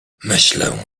myślę